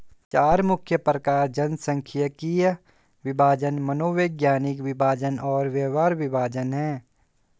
चार मुख्य प्रकार जनसांख्यिकीय विभाजन, मनोवैज्ञानिक विभाजन और व्यवहार विभाजन हैं